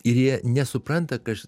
ir jie nesupranta kas